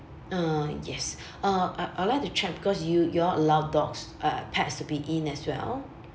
uh yes uh I I would like to check because you you all allow dogs uh pets to be in as well